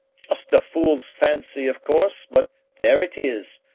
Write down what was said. just a fool's fancy, of course, but there it is.